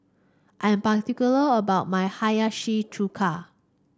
I'm particular about my Hiyashi Chuka